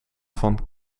van